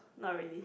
not really